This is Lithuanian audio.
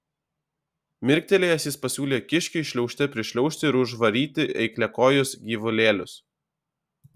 mirktelėjęs jis pasiūlė kiškiui šliaužte prišliaužti ir užvaryti eikliakojus gyvulėlius